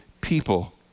people